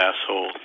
asshole